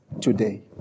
today